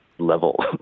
level